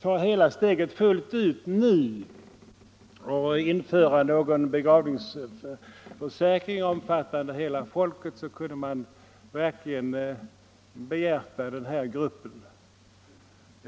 ta steget fullt ut och införa en begravningsförsäkring omfattande hela folket — verkligen borde beakta denna grupp människor.